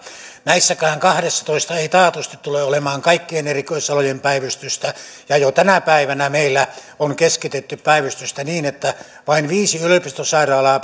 näissäkään kahdessatoista ei taatusti tule olemaan kaikkien erikoisalojen päivystystä ja jo tänä päivänä meillä on keskitetty päivystystä niin että vain viisi yliopistosairaalaa